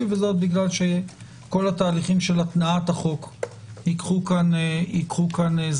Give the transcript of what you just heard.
כי כל התהליכים של התנעת החוק ייקחו זמן,